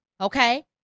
Okay